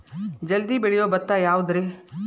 ಜಲ್ದಿ ಬೆಳಿಯೊ ಭತ್ತ ಯಾವುದ್ರೇ?